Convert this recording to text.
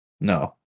No